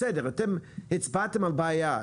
בסדר, אתם הצבעתם על בעיה.